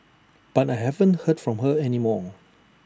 but I haven't heard from her any more